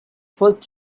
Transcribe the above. first